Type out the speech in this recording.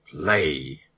play